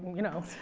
you know.